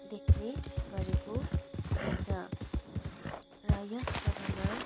देख्ने गरेको पाइन्छ र यस जगामा